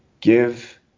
give